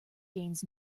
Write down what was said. gains